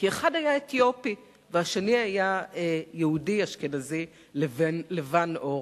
כי אחד היה אתיופי והשני היה יהודי אשכנזי לבן עור.